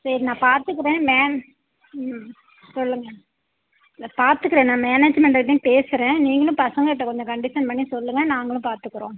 சரி நான் பார்த்துக்குறேன் மேம் ம் சொல்லுங்கள் இல்லை பார்த்துக்குறேன் நான் மேனேஜ்மெண்ட்கிட்டயும் பேசுகிறேன் நீங்களும் பசங்கக்கிட்ட கொஞ்சம் கண்டிஷன் பண்ணி சொல்லுங்கள் நாங்களும் பார்த்துக்குறோம்